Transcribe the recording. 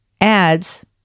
ads